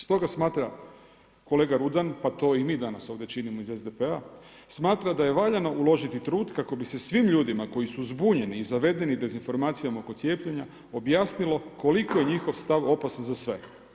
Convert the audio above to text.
Stoga smatra kolega Rudan, pa to i mi danas ovdje činimo iz SDP-a, smatra da je valjano uložiti trud kako bi se svim ljudima koji su zbunjeni i zavedeni dezinformacijom oko cijepljenja objasnilo koliko je njihov stav opasan za sve.